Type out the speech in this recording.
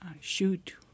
shoot